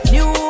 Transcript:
New